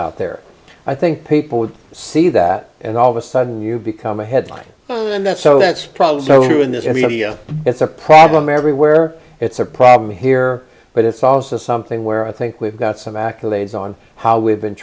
out there i think people would see that and all of a sudden you become a headline and that's so that's probably so true in this area it's a problem everywhere it's a problem here but it's also something where i think we've got some accolades on how we've been